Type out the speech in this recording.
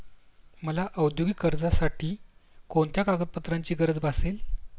मला औद्योगिक कर्जासाठी कोणत्या कागदपत्रांची गरज भासेल?